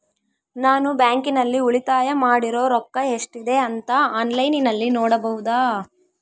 ನಾನು ಬ್ಯಾಂಕಿನಲ್ಲಿ ಉಳಿತಾಯ ಮಾಡಿರೋ ರೊಕ್ಕ ಎಷ್ಟಿದೆ ಅಂತಾ ಆನ್ಲೈನಿನಲ್ಲಿ ನೋಡಬಹುದಾ?